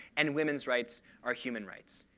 and women's rights are human rights.